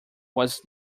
was